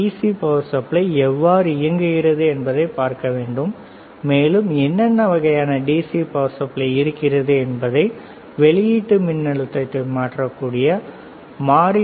C power supply எவ்வாறு இயங்குகிறது என்பதைப் பார்க்க வேண்டும் மேலும் என்னென்ன வகையான டிசி பவர் சப்ளை இருக்கிறது என்பது வெளியீட்டு மின்னழுத்தத்தை மாற்றக்கூடிய மாறி டி